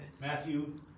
Matthew